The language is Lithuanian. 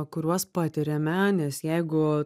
kuriuos patiriame nes jeigu